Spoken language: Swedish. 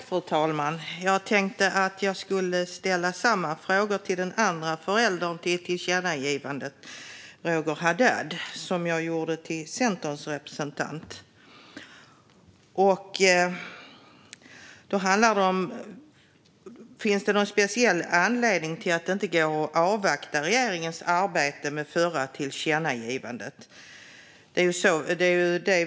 Fru talman! Jag tänkte att jag skulle ställa samma frågor till den andra föräldern till tillkännagivandet, nämligen Roger Haddad, som jag gjorde till Centerns representant. Finns det någon speciell anledning till att det inte går att avvakta regeringens arbete med det förra tillkännagivandet?